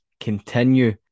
continue